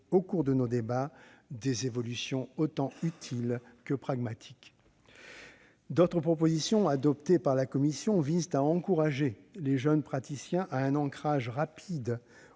au cours de nos débats, des évolutions utiles autant que pragmatiques. D'autres propositions adoptées par la commission visent à encourager les jeunes praticiens à un ancrage rapide